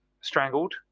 strangled